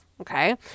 Okay